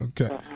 Okay